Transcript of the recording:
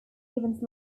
events